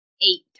eight